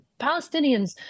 Palestinians